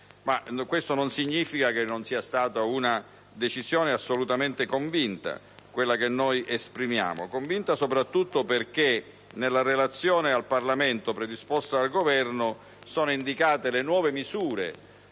Questo non significa tuttavia che non sia stata una decisione assolutamente convinta quella che noi esprimiamo; convinta soprattutto perché nella Relazione al Parlamento predisposta dal Governo sono indicate le nuove misure